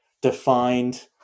defined